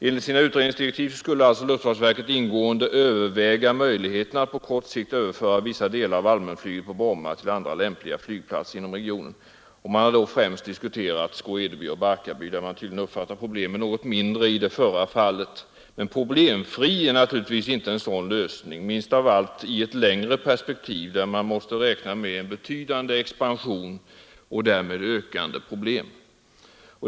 Enligt sina utredningsdirektiv skulle luftfartsverket ”ingående överväga möjligheterna att på kort sikt överföra vissa delar av allmänflyget på Bromma till andra lämpliga flygplatser inom regionen”. Man har då -: främst diskuterat Skå-Edeby och Barkarby och tydligen uppfattat problemen som något mindre i det förra fallet. Men problemfri är verkligen inte en sådan lösning, minst av allt i ett längre perspektiv där man måste räkna med en betydande expansion av allmänflyget och därmed ökande problem.